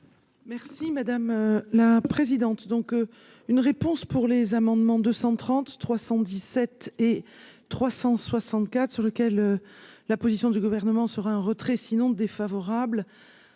Merci madame la présidente, donc une réponse pour les amendements 230 317 et 364 sur lequel la position du gouvernement sera un retrait sinon défavorable,